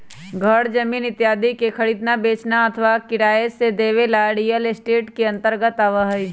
घर जमीन इत्यादि के खरीदना, बेचना अथवा किराया से देवे ला रियल एस्टेट के अंतर्गत आवा हई